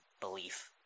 belief